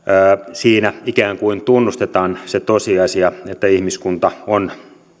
siinä ikään kuin tunnustetaan se tosiasia että ihmiskunta on